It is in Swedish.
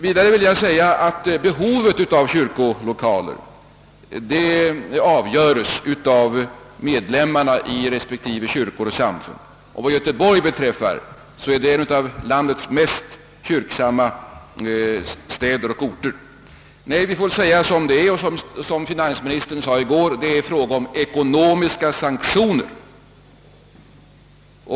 Vidare vill jag understryka att behovet av kyrkolokaler avgöres av medlemmarna i respektive kyrka eller samfund. Vad Göteborg beträffar är den staden en av landets mest kyrksamma orter. Vi får till slut säga som finansministern gjorde i går: Det är fråga om ekonomiska sanktioner.